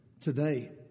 today